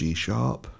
G-sharp